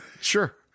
Sure